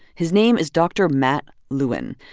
his name is dr. matt lewin.